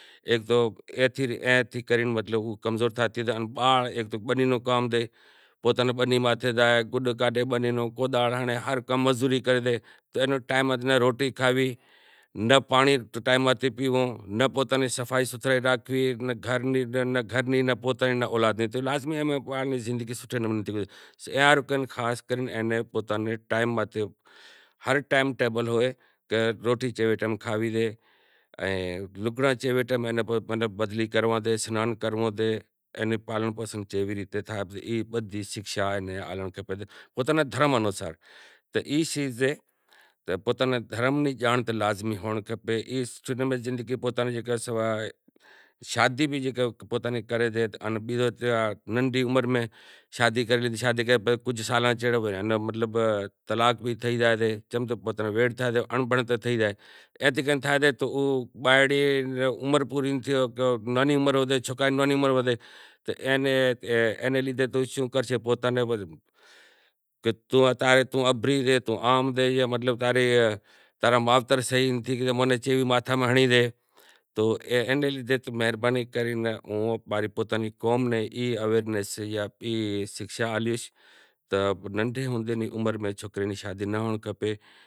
ایک تو ایم کمزور تھاتو بیزو بنی نو کام سے ناں خوراک سوٹھی نتھی ہر ٹیم ٹیبل ہوئے کہ روٹلو کیوے نمونے کھانڑ کھپے تو ای سیز سے کہ پوتاں نیں دھرم نیں جانڑ لازمی ہوئنڑ کھپے۔ تو اینا نی زندگی سوٹھے نمونے نتھی گزرے بیماری تھئی زائیں۔ پندرانہں سال نی عمر میں یا سوراینہں سال نی عمر میں کریں سے تو وساریاں نیں ای بھی خبر ناں سے کہ تماں نی عمر کتلی شے تو گھٹ ماں گھٹ ارڑانہں سال تھیں ماتھے ہوئینڑ کھپے کہ پورے سنسار نی بھی ایناں خبر پڑے کہ چیوی ریت اوٹھنڑو سے چیوی ریت بیہنڑو سے اماں رو اولاد ٹھائیے نیں جیکا عمر سےاہا ہوئنڑ لازمی سے تو ننڈھے ہوندے نی شادی کرانڑ ناں کھپے ایناں پوتاں نیں خبر ہوئنڑ کھپے کہ شادی نی عمر ارڑینہں سال تھیں ماتھے ہوئنڑ کھپے۔ مہربانی کرے ہوں پوتاں نیں قوم ناں ای شکھشا آلیش کہ نندھے ہوندے عمر میں شادی ناں ہینڑ کھپے۔